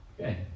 Okay